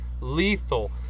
lethal